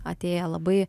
atėję labai